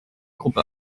gruppe